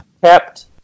kept